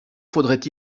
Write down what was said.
faudrait